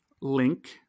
link